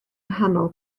nghanol